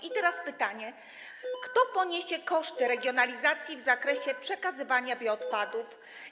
I teraz pytanie: Kto poniesie koszty regionalizacji w zakresie przekazywania bioodpadów?